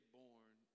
born